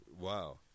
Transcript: wow